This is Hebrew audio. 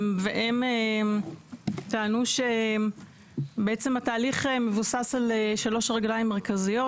הם טענו שבעצם התהליך מבוסס על שלוש רגליים מרכזיות.